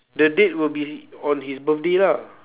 the date will be on his birthday lah